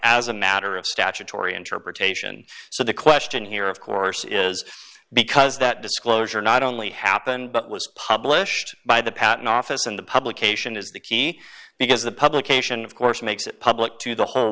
as a matter of statutory interpretation so the question here of course is because that disclosure not only happened but was published by the patent office and the publication is the key because the publication of course makes it public to the whole